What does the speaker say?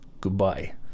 goodbye